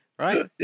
Right